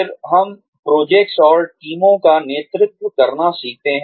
फिर हम प्रोजेक्ट्स और टीमों का नेतृत्व करना सीखते हैं